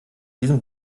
diesem